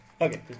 okay